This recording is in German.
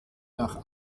nach